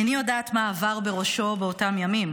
איני יודעת מה עבר בראשו באותם ימים,